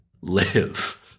live